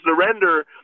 surrender